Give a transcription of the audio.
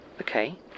Okay